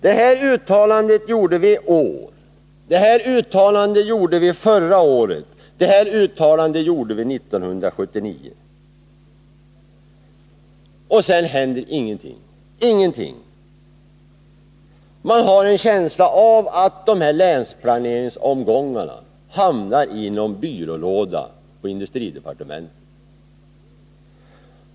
Det här uttalandet har vi gjort i år, det här uttalandet gjorde vi förra året, det här uttalandet gjorde vi 1979. Och sedan händer ingenting! Man har en känsla av att länsplaneringsomgångarna hamnar i någon byrålåda på industridepartementet.